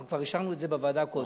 אנחנו כבר אישרנו את זה בוועדה קודם.